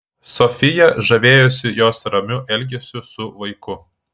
sofija žavėjosi jos ramiu elgesiu su vaiku